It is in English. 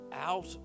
out